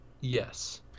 Yes